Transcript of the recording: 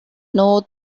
know